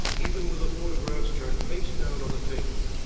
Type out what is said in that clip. even with the photographs turned face down on the table,